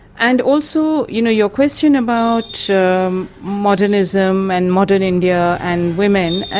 and also, you know, your question about um modernism and modern india and women, ah